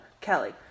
Kelly